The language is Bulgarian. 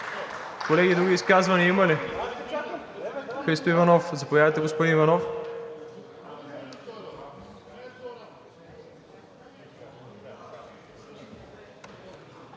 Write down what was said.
Колеги, други изказвания има ли? Христо Иванов, заповядайте, господин Иванов.